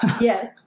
Yes